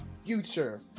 future